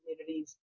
communities